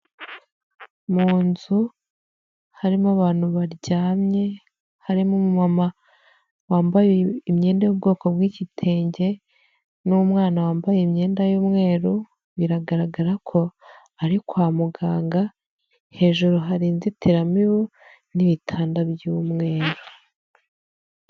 Mu nzu harimo abantu baryamye harimo umumama wambaye imyenda y'ubwoko bw'igitenge n'umwana wambaye imyenda y'umweru biragaragara ko ari kwa muganga hejuru hari inzitiramibu n'ibitanda by'umweru.